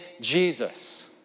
Jesus